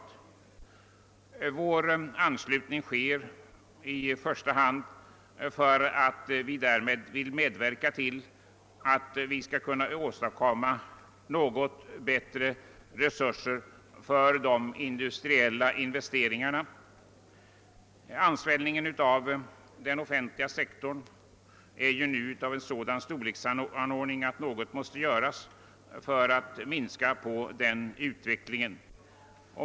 Vi ger vår anslutning härtill i första hand därför att vi därmed vill medverka till att åstadkomma något bättre resurser för de industriella investeringarna. Ansvällningen av den offentliga sektorn har ju nu blivit så stor att något måste göras för att hålla igen denna utveckling.